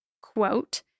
quote